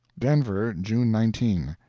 denver, june nineteen.